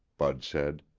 bud said.